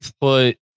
put